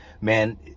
man